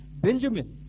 Benjamin